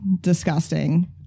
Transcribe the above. disgusting